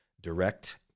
direct